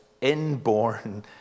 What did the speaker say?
inborn